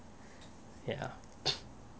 ya